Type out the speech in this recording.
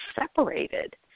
separated